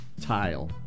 tile